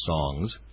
songs